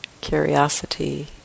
curiosity